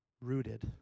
rooted